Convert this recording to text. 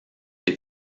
des